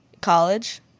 college